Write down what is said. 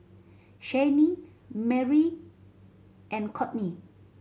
Shayne Merry and Kortney